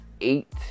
eight